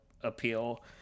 appeal